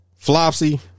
Flopsy